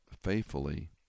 faithfully